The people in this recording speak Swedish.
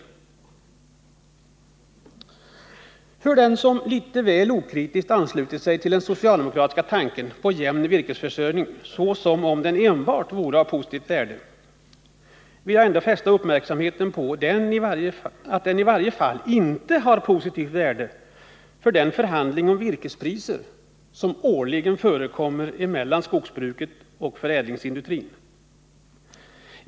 För den som litet väl okritiskt anslutit sig till den socialdemokratiska tanken på jämn virkesförsörjning som en åtgärd av enbart positivt värde vill jag fästa uppmärksamheten på att den i varje fall inte har positivt värde för den förhandling om virkespriser som årligen förs mellan skogsbruket och förädlingsindustrin.